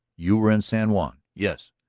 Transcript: you were in san juan? yes.